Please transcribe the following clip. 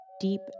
deep